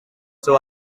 seu